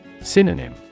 Synonym